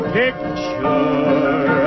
picture